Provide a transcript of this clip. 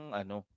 ano